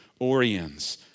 Oriens